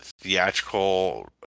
theatrical